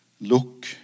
look